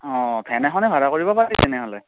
অ van এখনে ভাড়া কৰিব পাৰি তেনেহ'লে